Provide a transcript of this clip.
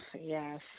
Yes